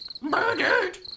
murdered